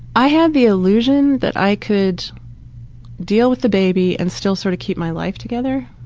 i have the illusion that i could deal with the baby and still sort of keep my life together.